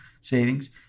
savings